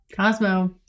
Cosmo